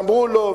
ואמרו לו,